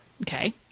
Okay